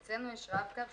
אצלנו יש רב קו,